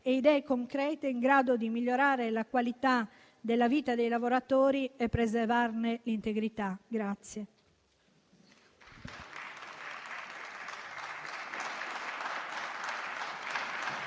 e idee concrete in grado di migliorare la qualità della vita dei lavoratori e preservarne l'integrità.